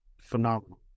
phenomenal